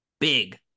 big